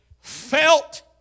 felt